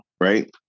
right